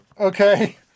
Okay